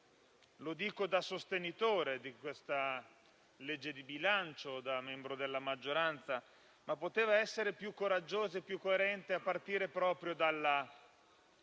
Lo dico da sostenitore di questo disegno di legge di bilancio e da membro della maggioranza. Poteva essere più coraggiosa e più coerente a partire proprio dalla